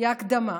היא ההקדמה.